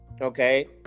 Okay